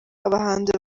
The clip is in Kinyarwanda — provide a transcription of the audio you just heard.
abahanzi